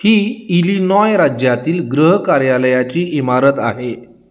ही Illinois राज्यातील गृह कार्यालयाची इमारत आहे